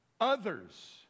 others